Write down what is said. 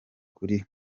kuri